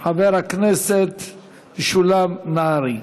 חבר הכנסת משולם נהרי.